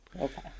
Okay